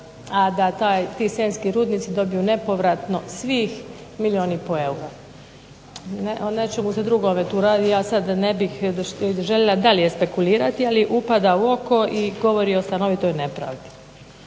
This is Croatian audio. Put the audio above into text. a da ti Senjski Rudnici dobiju nepovratno svih milijun i pol eura. O nečemu se drugome tu radi, ja sad ne bih željela dalje spekulirati, ali upada u oko i govori o stanovitoj nepravdi.